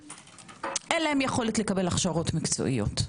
אין להם יכולת לקבל הכשרות מקצועיות.